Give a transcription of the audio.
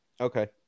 Okay